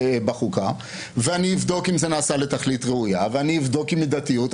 בחוקה; ואני אבדוק אם זה נעשה לתכלית ראויה; ואני אבדוק מידתיות.